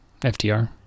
FDR